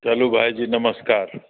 चलू भायजी नमस्कार